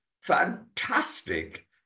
fantastic